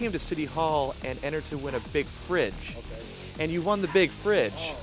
came to city hall and enter to win a big fridge and you won the big bridge